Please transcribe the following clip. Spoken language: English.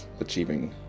achieving